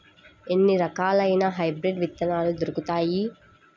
ఎన్ని రకాలయిన హైబ్రిడ్ విత్తనాలు దొరుకుతాయి?